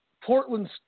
Portland's